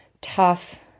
tough